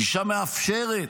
גישה מאפשרת,